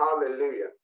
Hallelujah